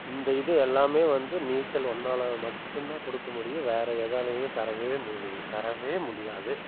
இந்த இது எல்லாமே வந்து நீச்சல் ஒன்னால் மட்டும் தான் கொடுக்க முடியும் வேற ஏதாலயுமே தரவே முடிய தரவே முடியாது